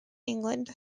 england